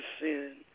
sin